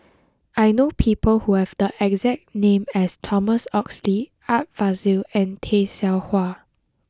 I know people who have the exact name as Thomas Oxley Art Fazil and Tay Seow Huah